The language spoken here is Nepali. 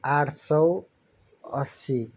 आठ सौ अस्सी